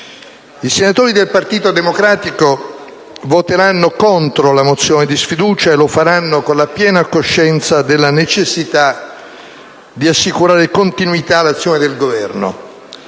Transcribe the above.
I senatori del Partito Democratico voteranno contro la mozione di sfiducia, e lo faranno con la piena coscienza della necessità di assicurare continuità all'azione del Governo.